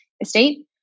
estate